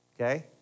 okay